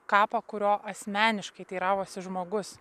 kapą kurio asmeniškai teiravosi žmogus